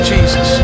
Jesus